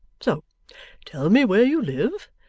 so tell me where you live,